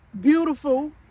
beautiful